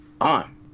on